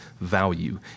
value